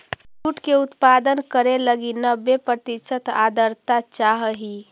jute के उत्पादन करे लगी नब्बे प्रतिशत आर्द्रता चाहइ